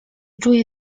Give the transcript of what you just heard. czuję